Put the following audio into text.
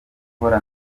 gukora